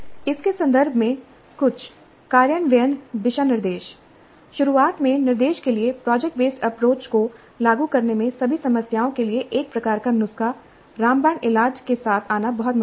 इसके संदर्भ में कुछ कार्यान्वयन दिशानिर्देश शुरुआत में निर्देश के लिए प्रोजेक्ट बेस्ड अप्रोच को लागू करने में सभी समस्याओं के लिए एक प्रकार का नुस्खा रामबाण इलाज के साथ आना बहुत मुश्किल है